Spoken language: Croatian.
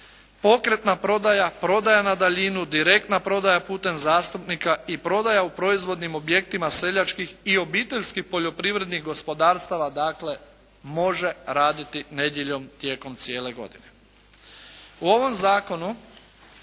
pokretna prodaja, prodaja na daljinu, direktna prodaja putem zastupnika i prodaja u proizvodnim objektima seljačkih i obiteljskih poljoprivrednih gospodarstava, dakle može raditi nedjeljom tijekom cijele godine. U ovom zakonu